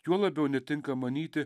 juo labiau netinka manyti